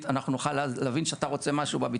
אנחנו עובדים צמוד לאגף,